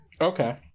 okay